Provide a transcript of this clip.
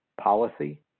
policy